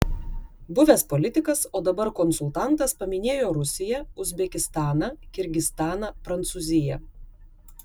buvęs politikas o dabar konsultantas paminėjo rusiją uzbekistaną kirgizstaną prancūziją